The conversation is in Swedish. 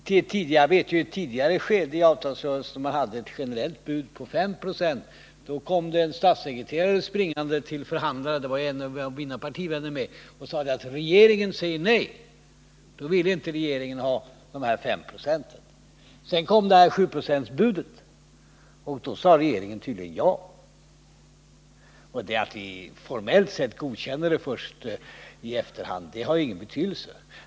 Jag vet ju att i ett tidigare skede av förhandlingarna, då det förelåg ett generellt bud på 5926, kom en statssekreterare springande till förhandlarna — en av mina partivänner var bland dem — och talade om att regeringen sade nej. Sedan kom sjuprocentsbudet, och då sade regeringen tydligen ja. Att regeringen formellt sett godkänner avtalet först i efterhand har ingen betydelse.